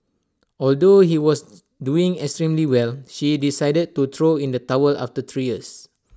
although he was doing extremely well she decided to throw in the towel after three years